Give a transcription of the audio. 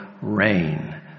reign